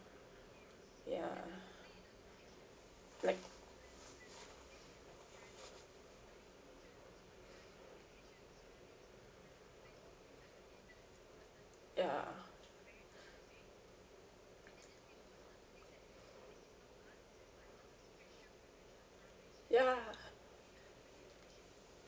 ya like ya ya